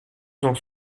cent